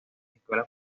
escuelas